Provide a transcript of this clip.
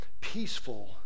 peaceful